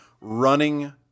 running –